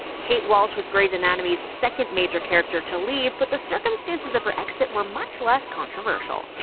kate walsh was grey's anatomy's second major character to leave, but the circumstances of her exit were much less controversial.